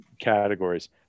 categories